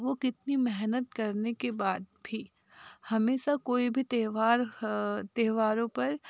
वह कितनी मेहनत करने के बाद भी हमेशा कोई भी त्योहार त्योहारों पर